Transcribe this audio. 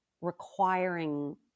requiring